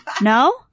No